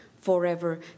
forever